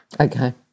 Okay